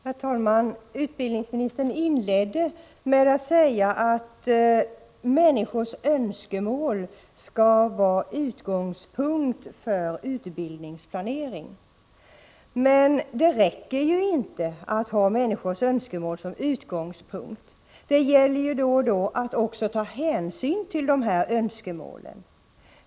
Herr talman! Utbildningsministern inledde med att säga att människors önskemål skall vara utgångspunkt för utbildningsplaneringen. Men det räcker ju inte att ha människors önskemål som utgångspunkt. Det gäller att också ta hänsyn till önskemålen.